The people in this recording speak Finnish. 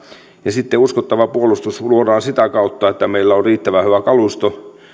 ja sitten uskottava puolustus luodaan sitä kautta että meillä on riittävän hyvä kalusto